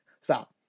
stop